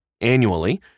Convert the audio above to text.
annually